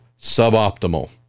suboptimal